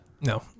No